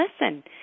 listen